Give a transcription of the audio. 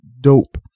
dope